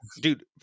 dude